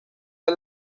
del